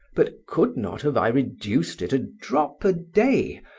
but could not have i reduced it a drop a day,